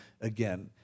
again